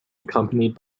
accompanied